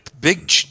big